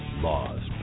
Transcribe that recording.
Laws